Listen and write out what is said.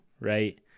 right